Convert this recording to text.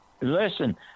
Listen